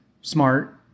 smart